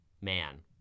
Man